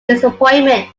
disappointment